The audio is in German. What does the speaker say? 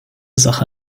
sache